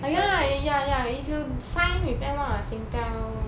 ah ya ya ya if you sign with M one or Singtel like